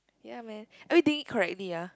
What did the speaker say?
yea man have you did it correctly yea